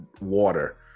water